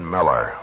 Miller